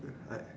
I